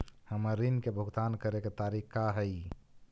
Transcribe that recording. हमर ऋण के भुगतान करे के तारीख का हई?